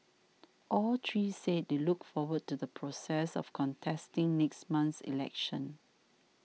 all three said they look forward to the process of contesting next month's election